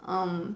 um